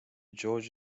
george